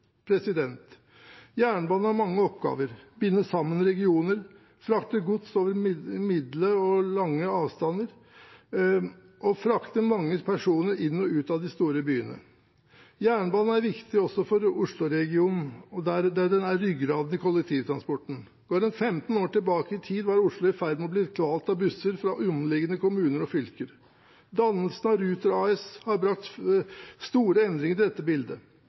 Jernbanen har mange oppgaver: binde sammen regioner, frakte gods over middels lange og lange avstander og frakte mange personer inn i og ut av de store byene. Jernbanen er viktig også for Oslo-regionen, der den er ryggraden i kollektivtransporten. Går en 15 år tilbake i tid, var Oslo i ferd med å bli kvalt av busser fra omliggende kommuner og fylker. Dannelsen av Ruter AS har brakt store endringer i dette bildet.